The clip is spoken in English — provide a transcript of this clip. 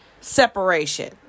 separation